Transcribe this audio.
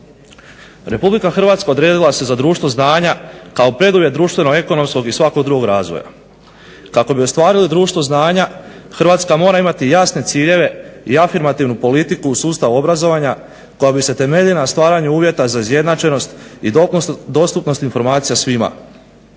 Republika Hrvatska odredilo se za društvo znanja kao preduvjet društveno-ekonomskog i svakog drugog razvoja. Kako bi ostvarila društvo znanja Hrvatska mora imati jasne ciljeve i afirmativnu politiku u sustavu obrazovanja koja bi se temeljila na stvaranju uvjeta za izjednačenost i dostupnost informacija svima.